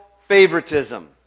favoritism